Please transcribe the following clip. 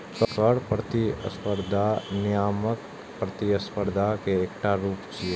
कर प्रतिस्पर्धा नियामक प्रतिस्पर्धा के एकटा रूप छियै